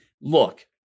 Look